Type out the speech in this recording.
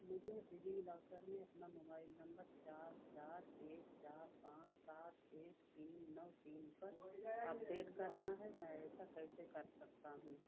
मुझे डिज़िलॉकर में अपना मोबाइल नम्बर चार चार एक चार पाँच सात एक तीन नौ तीन पर अपडेट करना है मैं ऐसा कैसे कर सकता हूँ